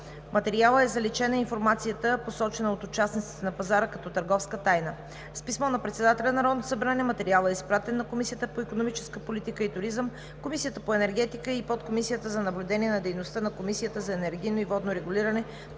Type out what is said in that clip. материала е заличена информацията, посочена от участниците на пазара като търговска тайна. С писмо на председателя на Народното събрание материалът е изпратен на Комисията по икономическа политика и туризъм, Комисията по енергетика и Подкомисията за наблюдение на дейността на Комисията за енергийно и водно регулиране